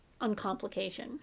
uncomplication